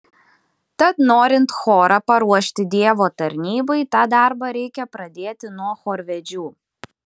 tad norint chorą paruošti dievo tarnybai tą darbą reikia pradėti nuo chorvedžių